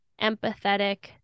empathetic